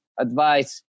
advice